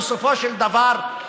בסופו של דבר,